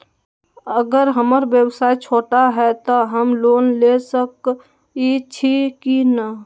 अगर हमर व्यवसाय छोटा है त हम लोन ले सकईछी की न?